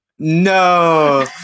no